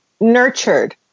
nurtured